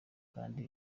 kandi